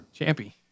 Champy